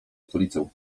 stolicę